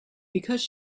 because